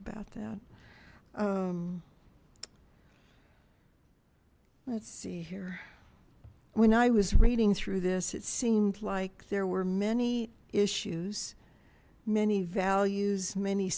about that let's see here when i was reading through this it seemed like there were many issues many values many